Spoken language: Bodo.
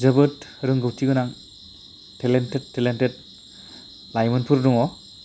जोबोद रोंगौथि गोनां टेलेन्टेड टेलेन्टेड लाइमोनफोर दङ